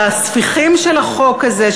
הספיחים של החוק הזה,